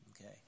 Okay